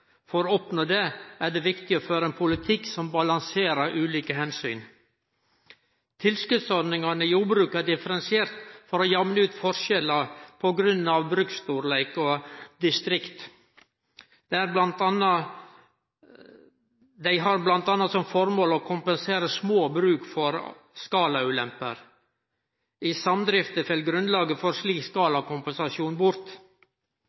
For å oppnå det er det viktig å føre ein politikk som balanserer ulike omsyn. Tilskotsordningane i jordbruket er differensierte for å jamne ut forskjellar på grunn av bruksstorleik og distrikt. Dei har bl.a. som formål å kompensere små bruk for skalaulemper. I samdrifter fell grunnlaget for slik skalakompensasjon bort.